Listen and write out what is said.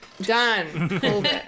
done